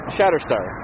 Shatterstar